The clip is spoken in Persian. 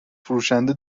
فروشنده